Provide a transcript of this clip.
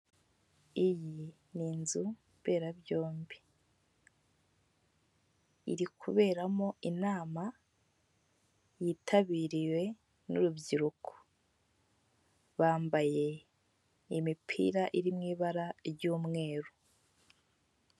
Iyi ni inzu mberabyombi iri kuberamo inama yitabiriwe n'urubyiruko, bambaye imipira iri mu ibara ry'umweru.